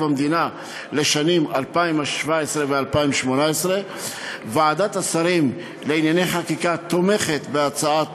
המדינה לשנים 2017 2018. ועדת השרים לענייני חקיקה תומכת בהצעת